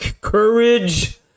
courage